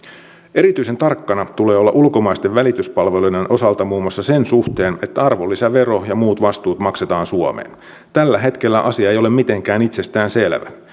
erityisen tarkkana tulee olla ulkomaisten välityspalveluiden osalta muun muassa sen suhteen että arvonlisävero ja muut vastuut maksetaan suomeen tällä hetkellä asia ei ole mitenkään itsestäänselvä